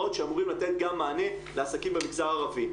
שאמורים לתת גם מענה לעסקים במגזר הערבי.